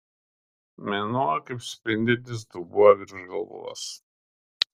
mėnuo kaip spindintis dubuo virš galvos